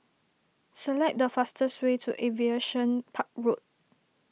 select the fastest way to Aviation Park Road